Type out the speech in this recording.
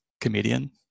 comedian